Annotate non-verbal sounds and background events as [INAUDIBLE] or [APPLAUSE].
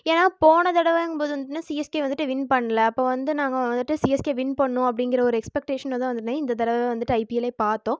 ஏன்னா போன தடவங்கும்போது வந்து என்னன்னா சிஎஸ்கே வந்துவிட்டு வின் பண்ணல அப்போ வந்து நாங்கள் வந்துவிட்டு சிஎஸ்கே வின் பண்ணும் அப்படிங்கிற ஒரு எக்ஸ்பெக்டேஷனில் தான் வந்துவிட்டு [UNINTELLIGIBLE] இந்த தடவை வந்துவிட்டு ஐபிஎல்லே பார்த்தோம்